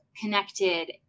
connected